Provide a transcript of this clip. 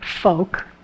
folk